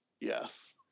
Yes